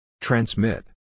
Transmit